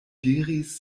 diris